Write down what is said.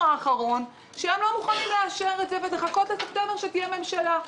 האחרון שהם לא מוכנים לאשר את זה ושיש לחכות לספטמבר שתהיה ממשלה.